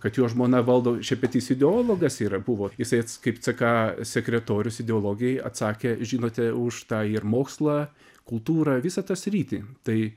kad jo žmona valdo šepetys ideologas yra buvo jisai kaip ck sekretorius ideologijai atsakė žinote už tą ir mokslą kultūrą visą tą sritį tai